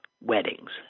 weddings